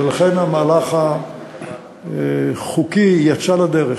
ולכן המהלך החוקי יצא לדרך.